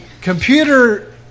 computer